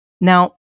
now